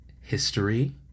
history